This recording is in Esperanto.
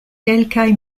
kelkaj